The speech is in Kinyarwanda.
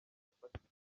afatika